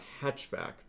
hatchback